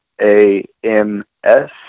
A-M-S